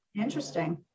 Interesting